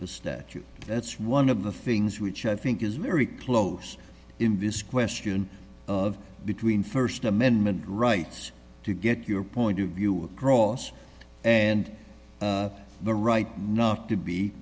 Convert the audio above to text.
the statute that's one of the things which i think is very close in this question of between st amendment rights to get your point of view gross and the right not to be